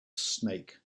snake